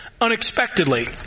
unexpectedly